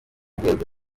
rwego